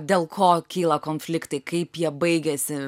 dėl ko kyla konfliktai kaip jie baigiasi